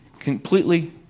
completely